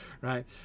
right